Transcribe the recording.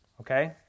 Okay